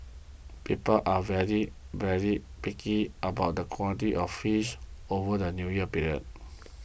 people are very very picky about the quality of fish over the New Year period